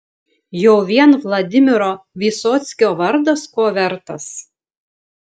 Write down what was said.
jau vien vladimiro vysockio vardas ko vertas